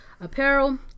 Apparel